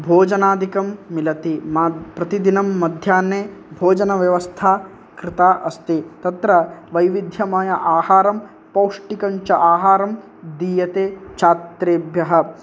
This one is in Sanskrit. भोजनादिकं मिलति माद् प्रतिदिनं मध्यान्हे भोजनव्यवस्था कृता अस्ति तत्र वैविध्यमय आहारं पौष्ठिकञ्च आहारं दीयते छात्रेभ्यः